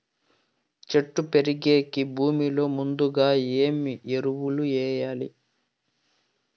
చెట్టు పెరిగేకి భూమిలో ముందుగా ఏమి ఎరువులు వేయాలి?